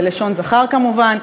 בלשון זכר כמובן,